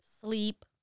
sleep